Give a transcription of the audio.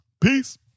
Peace